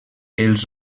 els